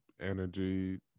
energy